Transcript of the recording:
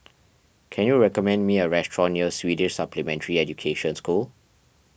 can you recommend me a restaurant near Swedish Supplementary Education School